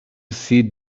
see